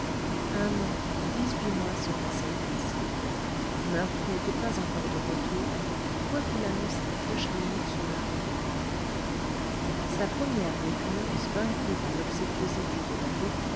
un an dix-huit mois se passèrent ainsi murph n'était pas encore de retour quoiqu'il annonçât prochainement son arrivée sa première répugnance vaincue par l'obséquiosité de